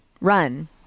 Run